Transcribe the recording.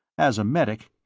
as a medic,